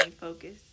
focus